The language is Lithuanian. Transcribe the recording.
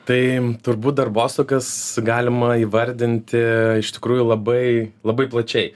tai turbūt darbostogas galima įvardinti iš tikrųjų labai labai plačiai